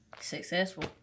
Successful